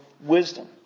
wisdom